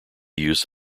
use